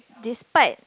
despite